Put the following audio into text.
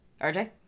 RJ